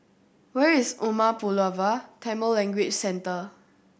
where is Umar Pulavar Tamil Language Centre